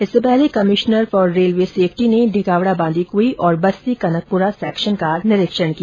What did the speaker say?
इससे पहले commissioner for railway safety ने ढिगावड़ा बांदीकई और बस्सी कनकपुरा सेक्शन का निरीक्षण किया